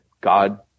God